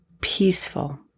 peaceful